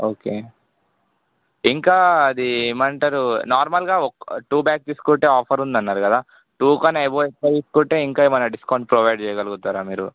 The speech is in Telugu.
ఓకే ఇంకా అది ఏమి అంటారు నార్మల్గా ఓ టు బ్యాగ్స్ తీసుకుంటే ఆఫర్ ఉంది అన్నారు కదా టూ కన్నా అబౌవ్ తీసుకుంటే ఇంకా ఏమైనా తీసుకుంటే డిస్కౌంట్ ప్రొవైడ్ చేయగలుగుతారా మీరు